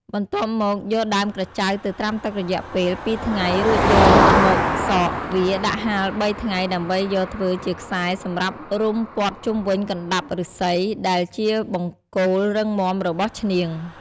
បន្ទាប់មកយកដើមក្រចៅទៅត្រាំទឹករយៈពេល ២ថ្ងៃរួចយកមកសកវាដាក់ហាល៣ថ្ងៃដើម្បីយកធ្វើជាខ្សែសម្រាប់វុំព័ទ្ធជុំវិញកណ្តាប់ឫស្សីដែលជាបង្គោលរឹងមាំរបស់ឈ្នាង។